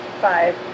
five